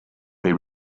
they